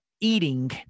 eating